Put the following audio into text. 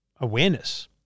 awareness